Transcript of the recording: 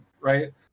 right